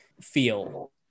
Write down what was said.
feel